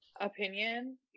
opinion